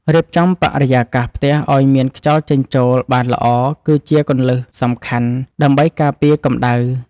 រៀបចំបរិយាកាសផ្ទះឱ្យមានខ្យល់ចេញចូលបានល្អគឺជាគន្លឹះសំខាន់ដើម្បីការពារកម្តៅ។